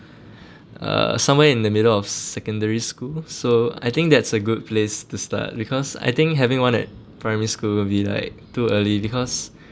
uh somewhere in the middle of secondary school so I think that's a good place to start because I think having one at primary school will be like too early because